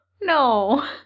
no